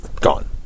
gone